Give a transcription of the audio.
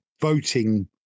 voting